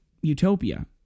utopia